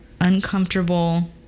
Uncomfortable